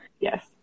yes